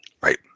Right